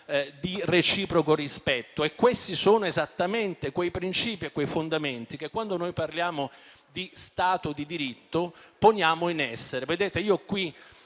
di reciproco rispetto, che sono esattamente quei principi e quei fondamenti che quando parliamo di Stato di diritto chiamiamo in causa.